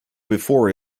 before